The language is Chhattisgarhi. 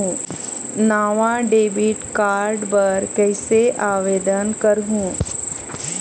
नावा डेबिट कार्ड बर कैसे आवेदन करहूं?